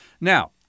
Now